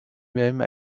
même